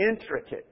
intricate